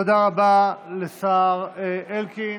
תודה רבה לשר אלקין.